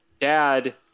Dad